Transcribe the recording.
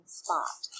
spot